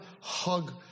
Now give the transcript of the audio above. hug